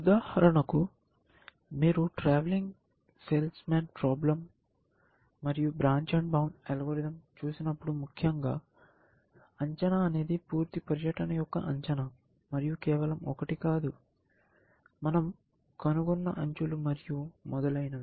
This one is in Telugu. ఉదాహరణకు మీరు ట్రావెలింగ్ సేల్స్ మాన్ సమస్య మరియు బ్రాంచ్ బౌండ్ అల్గోరిథం చూస్తున్నప్పుడు ముఖ్యంగా అంచనా అనేది పూర్తి పర్యటన యొక్క అంచనా మరియు కేవలం ఒకటి కాదు మనం కనుగొన్న అంచులు మరియు మొదలైనవి